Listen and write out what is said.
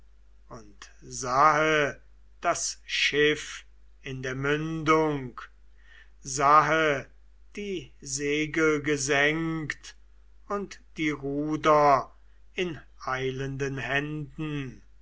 und sahe das schiff in der mündung sahe die segel gesenkt und die ruder in eilenden händen